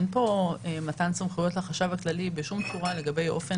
אין כאן מתן סמכויות לחשב הכללי בשום צורה לגבי אופן